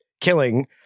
killing